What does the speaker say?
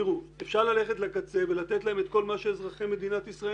אפשר ללכת לקצה ולתת להם את כל מה שאזרחי מדינת ישראל